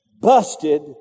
busted